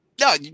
No